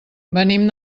venim